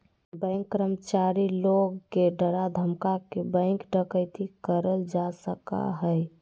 bank कर्मचारी लोग के डरा धमका के बैंक डकैती करल जा सका हय